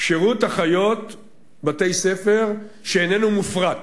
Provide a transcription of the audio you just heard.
שירות אחיות בתי-ספר שאיננו מופרט.